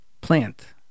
plant